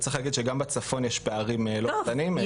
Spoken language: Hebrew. צריך להגיד שגם בצפון ישנם פערים לא קטנים.